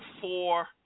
four